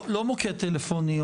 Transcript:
לא מוקד טלפוני.